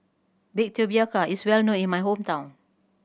baked tapioca is well known in my hometown